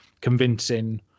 convincing